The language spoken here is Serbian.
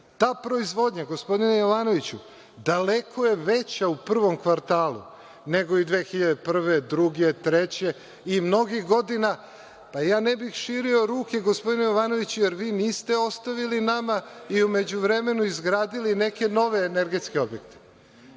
proizvodnja, gospodine Jovanoviću, daleko je veća u prvom kvartalu nego 2001, 2002, 2003. i mnogih godina. Ja ne bih širio ruke gospodine Jovanoviću, jer vi niste ostavili nama i u međuvremenu izgradili neke nove energetske objekte.